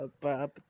Bob